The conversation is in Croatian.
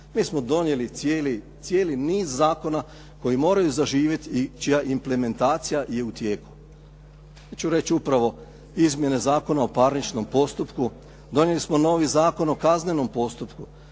Mi smo donijeli cijeli niz zakona koji moraju zaživjeti i čija implementacija je u tijeku. Ja ću reći upravo izmjene Zakona o parničnom postupku, donijelo smo novi Zakon o kaznenom postupku,